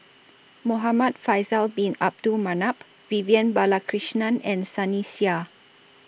Muhamad Faisal Bin Abdul Manap Vivian Balakrishnan and Sunny Sia